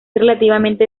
relativamente